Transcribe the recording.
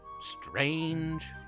strange